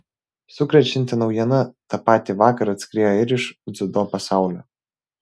sukrečianti naujiena tą patį vakarą atskriejo ir iš dziudo pasaulio